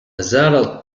زال